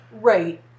Right